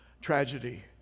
tragedy